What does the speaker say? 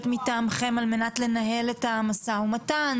מטעמכם על מנת לנהל את המשא ומתן,